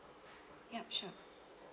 yup sure